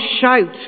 shout